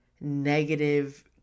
negative